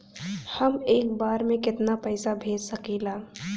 हम एक बार में केतना पैसा भेज सकिला?